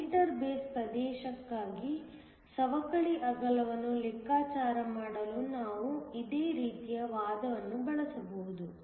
emitter base ಪ್ರದೇಶಕ್ಕಾಗಿ ಸವಕಳಿ ಅಗಲವನ್ನು ಲೆಕ್ಕಾಚಾರ ಮಾಡಲು ನಾವು ಇದೇ ರೀತಿಯ ವಾದವನ್ನು ಬಳಸಬಹುದು